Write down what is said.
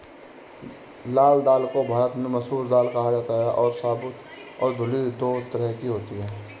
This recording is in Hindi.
लाल दाल को भारत में मसूर दाल कहा जाता है और साबूत और धुली दो तरह की होती है